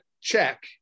check